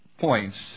points